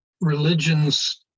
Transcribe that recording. Religions